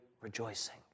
rejoicing